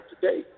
today